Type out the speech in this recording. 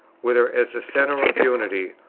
whether as the centre of unity,